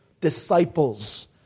disciples